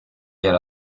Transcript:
yer